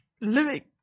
living